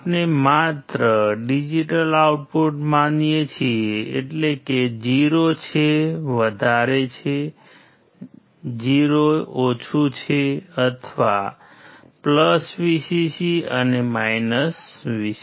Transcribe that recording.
આપણે માત્ર digital output માનીએ છીએ એટલે કે 1 જે વધારે છે 0 જે ઓછું છે અથવા Vcc અને Vcc